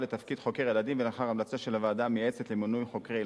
לתפקיד חוקר ילדים ולאחר המלצה של הוועדה המייעצת למינוי חוקרי ילדים,